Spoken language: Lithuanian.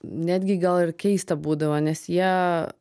netgi gal ir keista būdavo nes jie